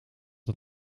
het